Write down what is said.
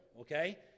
Okay